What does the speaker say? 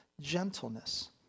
gentleness